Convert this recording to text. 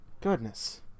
Goodness